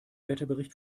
wetterbericht